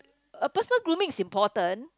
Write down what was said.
a personal grooming is important